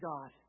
God